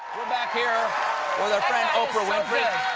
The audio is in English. back here with our friend oprah winfrey.